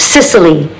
Sicily